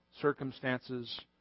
circumstances